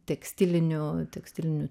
tekstilinių tekstilinių